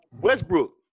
Westbrook